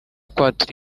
kwatura